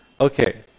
Okay